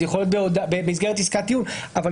זה יכול להיות במסגרת עסקת טיעון אבל